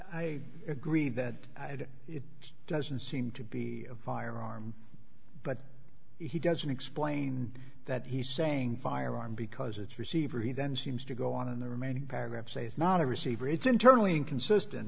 i agree that it doesn't seem to be a firearm but he doesn't explain that he's saying firearm because it's receiver he then seems to go on in the remaining paragraph say it's not a receiver it's internally inconsistent